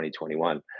2021